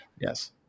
Yes